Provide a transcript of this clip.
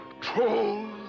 Trolls